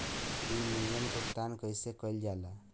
Premium भुगतान कइसे कइल जाला?